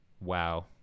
wow